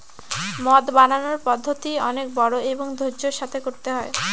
মদ বানানোর পদ্ধতি অনেক বড়ো এবং ধৈর্য্যের সাথে করতে হয়